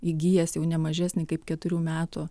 įgijęs jau ne mažesnį kaip keturių metų